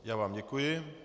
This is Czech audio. Já vám děkuji.